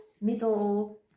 middle